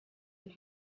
and